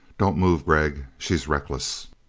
don't move, gregg! she's reckless.